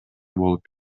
болуп